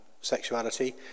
sexuality